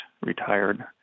retired